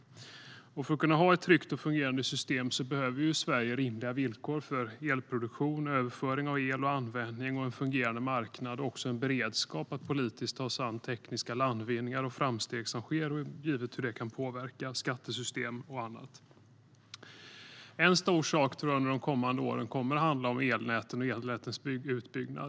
För att kunna ha ett tryggt och fungerande system behöver Sverige rimliga villkor för elproduktion, överföring och användning av el samt en fungerande marknad och en beredskap att politiskt ta sig an tekniska landvinningar och framsteg som sker givet hur det kan påverka skattesystem och annat. En stor sak under de kommande åren tror jag kommer att handla om elnäten och utbyggnaden av dessa.